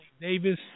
Davis